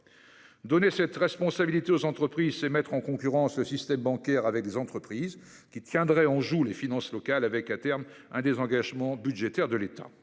Donner cette responsabilité aux entreprises, c'est mettre en concurrence le système bancaire avec des entreprises, qui tiendraient en joue les finances locales. À terme, il en résulterait un désengagement budgétaire de l'État.